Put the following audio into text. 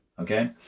okay